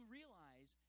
realize